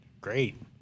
Great